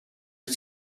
wyt